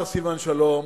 סילבן שלום,